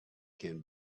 can